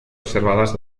observadas